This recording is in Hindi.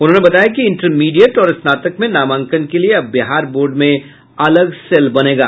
उन्होंने बताया कि इंटरमीडिएट और स्नातक में नामांकन के लिए अब बिहार बोर्ड में अलग सेल बनेगा